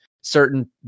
certain